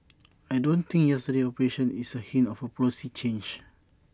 I don't think yesterday's operation is A hint of A policy change